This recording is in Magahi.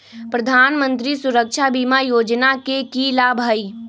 प्रधानमंत्री सुरक्षा बीमा योजना के की लाभ हई?